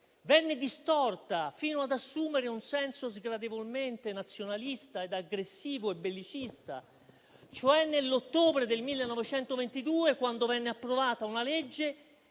venne distorta fino ad assumere un senso sgradevolmente nazionalista, aggressivo e bellicista cioè nell'ottobre del 1922, quando venne approvata una legge